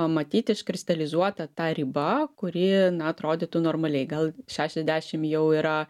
matyt iškristalizuota ta riba kuri na atrodytų normaliai gal šešiasdešimt jau yra